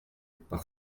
par